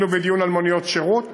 היינו בדיון על מוניות שירות,